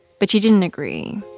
but she didn't agree.